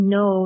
no